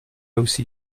aussi